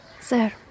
Sir